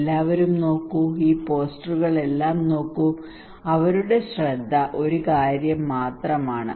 എല്ലാവരും നോക്കൂ ഈ പോസ്റ്ററുകളെല്ലാം നോക്കൂ അവരുടെ ശ്രദ്ധ ഒരു കാര്യം മാത്രമാണ്